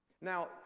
Now